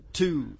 two